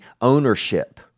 ownership